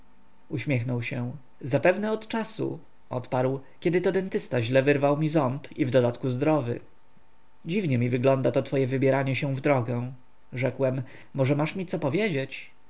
uśmiechnął się zapewne od czasu odparł kiedy to dentysta źle wyrwał mi ząb i w dodatku zdrowy dziwnie mi wygląda to twoje wybieranie się w drogę rzekłem może masz mi co powiedzieć